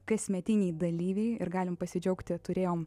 kasmetiniai dalyviai ir galime pasidžiaugti turėjom